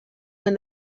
when